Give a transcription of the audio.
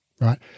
Right